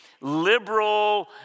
liberal